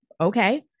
okay